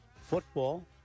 football